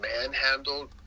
manhandled